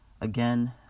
Again